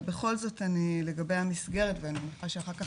אבל בכל זאת אני לגבי המסגרת ואני בטוחה שאחר כך